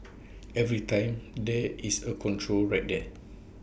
every time there is A control right there